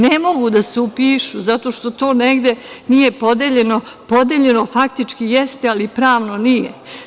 Ne mogu da se upišu zato što to negde nije podeljeno, tj. podeljeno faktički jeste, ali pravno nije.